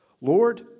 Lord